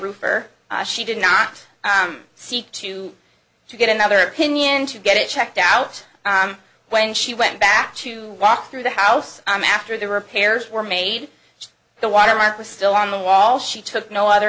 roofer she did not seek to to get another opinion to get it checked out when she went back to walk through the house i'm after the repairs were made to the watermark was still on the wall she took no other